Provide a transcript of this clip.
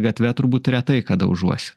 gatve turbūt retai kada užuosi